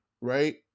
right